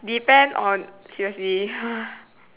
depend on seriously